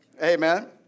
Amen